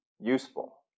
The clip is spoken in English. useful